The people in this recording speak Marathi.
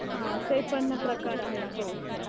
हां ते पण प्रकार आहेत हो हो